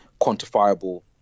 quantifiable